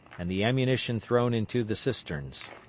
and the ammunition thrown into the cisterns.